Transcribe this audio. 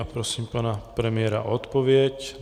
Prosím pana premiéra o odpověď.